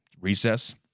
recess